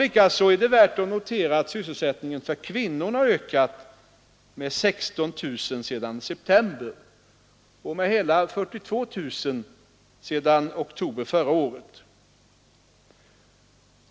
Likaså är det värt att notera att antalet sysselsatta kvinnor har ökat med 16 000 sedan september och med hela 42 000 sedan oktober månad förra året.